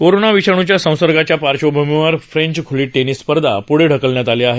corona विषाणूच्या संसर्गाच्या पार्श्वभूमीवर फ्रेच खुली टेनिस स्पर्धा पुढे ढकलण्यात आली आहे